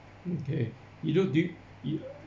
okay you don't dig it